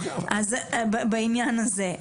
אז זה בעניין הזה.